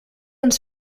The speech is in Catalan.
ens